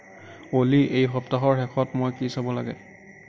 অ'লি এই সপ্তাহৰ শেষত মই কি চাব লাগে